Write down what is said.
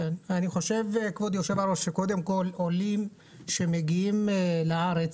כבוד היושב-ראש, קודם כל עולים שמגיעים לארץ,